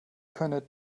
könne